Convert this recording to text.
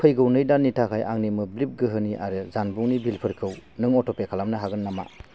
फैगौ नै दाननि थाखाय आंनि मोब्लिब गोहोनि आरो जानबुंनि बिलफोरखौ नों अट'पे खालामनो हागोन नामा